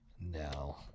No